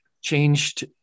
changed